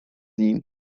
nim